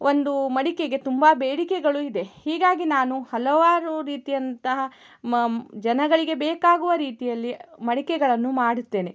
ಒಂದು ಮಡಿಕೆಗೆ ತುಂಬ ಬೇಡಿಕೆಗಳು ಇದೆ ಹೀಗಾಗಿ ನಾನು ಹಲವಾರು ರೀತಿಯಂತಹ ಮ ಜನಗಳಿಗೆ ಬೇಕಾಗುವ ರೀತಿಯಲ್ಲಿ ಮಡಿಕೆಗಳನ್ನು ಮಾಡುತ್ತೇನೆ